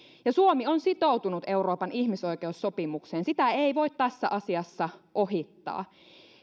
suomi on sitoutunut euroopan ihmisoikeussopimukseen sitä ei voi tässä asiassa ohittaa